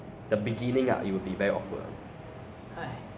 ah we didn't even like text each other uh so nah